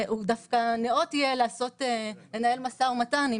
דווקא נאות יהיה לארגון העובדים לנהל משא ומתן עם